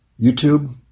YouTube